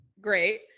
great